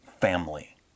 family